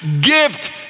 gift